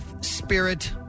spirit